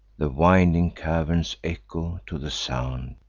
the winding caverns echo to the sound.